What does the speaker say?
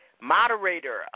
moderator